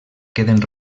queden